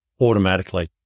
automatically